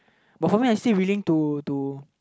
but for me I still willing to to